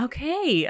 Okay